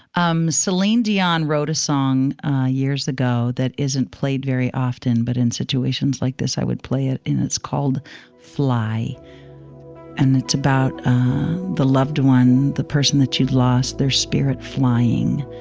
um celine dion wrote a song years ago that isn't played very often. but in situations like this, i would play it in. it's called fly and it's about the loved one, the person that she'd lost their spirit flying.